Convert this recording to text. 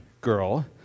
girl